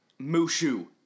Mushu